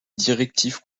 directive